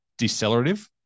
decelerative